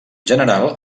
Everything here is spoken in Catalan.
general